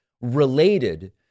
related